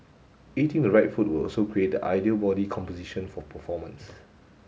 eating the right food will also create the ideal body composition for performance